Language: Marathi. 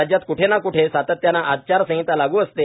राज्यात कुठे ना कुठे सातत्याने आचारसंहिता लागू असते